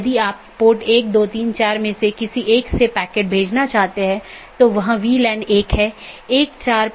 आज हमने जो चर्चा की है वह BGP रूटिंग प्रोटोकॉल की अलग अलग विशेषता यह कैसे परिभाषित किया जा सकता है कि कैसे पथ परिभाषित किया जाता है इत्यादि